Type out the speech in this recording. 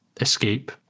escape